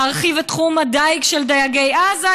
להרחיב את תחום הדיג של דייגי עזה,